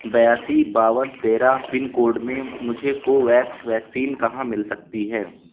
بیاسی باون تیرہ پن کوڈ میں مجھے کوویکس ویکسین کہاں مل سکتی ہے